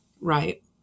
Right